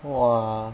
!wah!